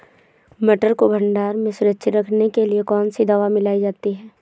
मटर को भंडारण में सुरक्षित रखने के लिए कौन सी दवा मिलाई जाती है?